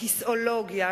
כיסאולוגיה,